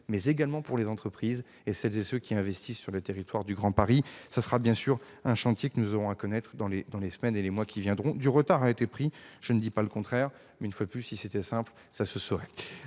mais également pour les entreprises et celles et ceux qui investissent sur le territoire du Grand Paris. C'est un chantier que nous aurons à connaître dans les semaines et les mois prochains. Du retard a été pris, je ne dis pas le contraire, mais une fois de plus, si c'était simple, ça se saurait